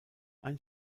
ein